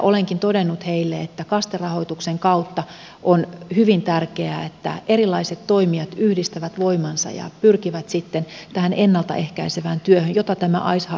olenkin todennut heille että kaste rahoituksen kautta on hyvin tärkeää että erilaiset toimijat yhdistävät voimansa ja pyrkivät sitten tähän ennalta ehkäisevään työhön jota tämä icehearts toimintakin on